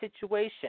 situation